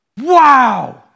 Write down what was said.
wow